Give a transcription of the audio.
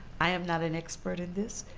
i am not an expert in this.